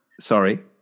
Sorry